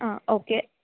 ആ ഓക്കെ